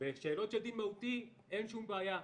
בשאלות של דין מהותי אין שום בעיה.